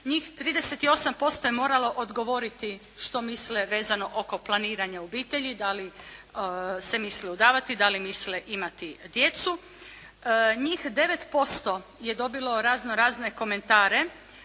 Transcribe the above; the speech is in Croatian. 38% je moralo odgovoriti što misle vezano oko planiranja obitelji, da li se misle udavati, da li misle imati djecu. Njih 9% je dobilo razno-razne komentare